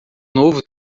novo